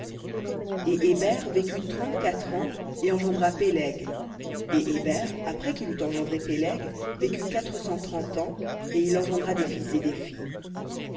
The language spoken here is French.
et héber vécut trente-quatre ans et engendra péleg et héber après qu'il eut engendré péleg vécut quatre cent trente ans et il engendra des fils et des filles